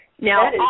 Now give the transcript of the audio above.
Now